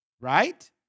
Right